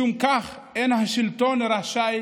ומשום כך אין השלטון רשאי